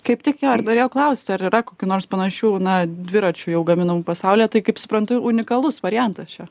kaip tik jo ir norėjau klausti ar yra kokių nors panašių na dviračių jau gaminamų pasaulyje tai kaip suprantu unikalus variantas čia